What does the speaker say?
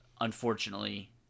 Unfortunately